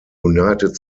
united